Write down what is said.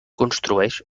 constitueix